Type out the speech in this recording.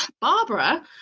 Barbara